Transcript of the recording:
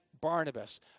Barnabas